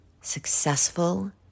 successful